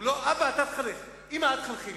הוא לא "אבא, אתה תחנך, אמא, את תחנכי".